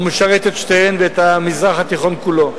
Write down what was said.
הוא משרת את שתיהן ואת המזרח התיכון כולו.